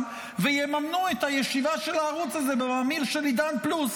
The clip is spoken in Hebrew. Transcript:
ויממנו את הישיבה של הערוץ הזה בממיר של עידן פלוס?